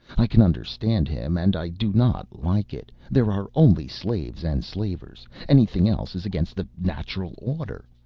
i can understand him and i do not like it. there are only slaves and slavers, anything else is against the natural order.